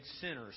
sinners